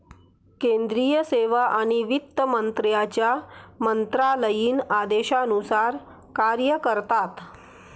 केंद्रीय सेवा आणि वित्त मंत्र्यांच्या मंत्रालयीन आदेशानुसार कार्य करतात